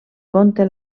conte